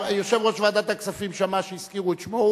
יושב-ראש ועדת הכספים שמע שהזכירו את שמו,